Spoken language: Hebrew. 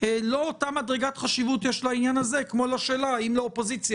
לא אותה מדרגת חשיבות יש לעניין הזה כמו לשאלה האם לאופוזיציה